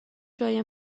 جای